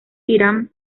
irán